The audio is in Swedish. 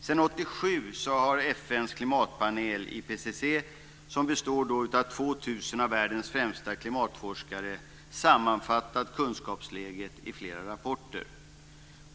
Sedan 1987 har FN:s klimatpanel IPCC, som består av 2 000 av världens främsta klimatforskare, sammanfattat kunskapsläget i flera rapporter.